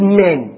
men